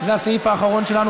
זה הסעיף האחרון שלנו,